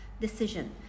decision